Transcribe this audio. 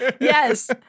yes